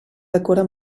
decora